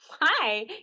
Hi